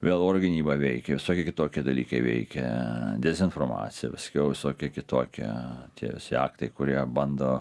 vėl oro gynyba veikia visokie kitokie dalykai veikia dezinformacija paskiau visokie kitokie tie aktai kurie bando